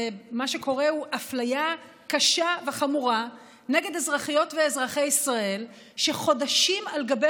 אפליה קשה וחמורה נגד אזרחיות ואזרחי ישראל שחודשים על גבי